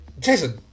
Jason